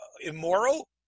immoral